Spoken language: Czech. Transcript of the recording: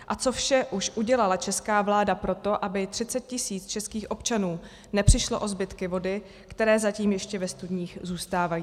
A co vše už udělala česká vláda pro to, aby 30 tisíc českých občanů nepřišlo o zbytky vody, které zatím ještě ve studních zůstávají?